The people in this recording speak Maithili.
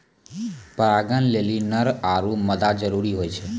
परागण लेलि नर आरु मादा जरूरी होय छै